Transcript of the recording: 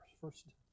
First